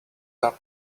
tub